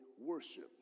worship